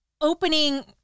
opening